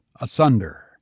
asunder